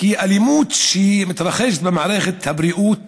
שאלימות שמתרחשת במערכת הבריאות